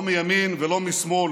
לא מימין ולא משמאל,